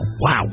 Wow